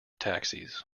taxis